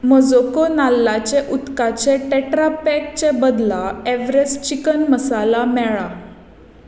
मोजोको नाल्लाचें उदकाचे टेट्रापॅकचे बदला एव्हरेस्ट चिकन मसाला मेळ्ळा